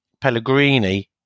Pellegrini